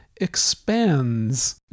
expands